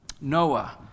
Noah